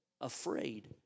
afraid